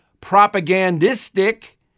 propagandistic